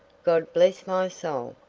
god bless my soul!